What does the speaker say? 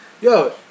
Yo